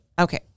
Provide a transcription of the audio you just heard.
Okay